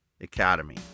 Academy